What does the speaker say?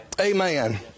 Amen